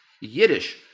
Yiddish